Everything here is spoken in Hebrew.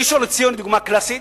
ראשון-לציון היא דוגמה קלאסית.